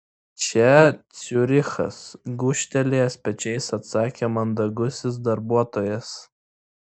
čia ciurichas gūžtelėjęs pečiais atsakė mandagusis darbuotojas